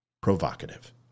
provocative